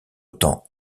temps